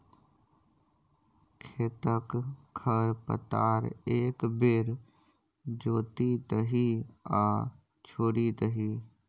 खेतक खर पतार एक बेर जोति दही आ छोड़ि दही